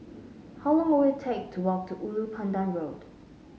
how long will it take to walk to Ulu Pandan Road